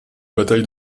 bataille